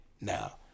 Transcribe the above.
Now